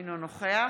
אינו נוכח